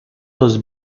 los